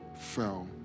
fell